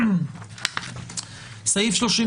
סעיף 33